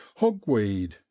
Hogweed